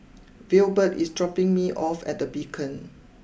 Wilbert is dropping me off at the Beacon